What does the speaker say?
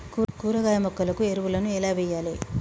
కూరగాయ మొక్కలకు ఎరువులను ఎలా వెయ్యాలే?